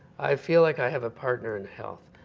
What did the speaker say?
i feel like i have a partner in health.